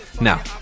Now